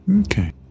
Okay